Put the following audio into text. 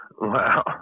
Wow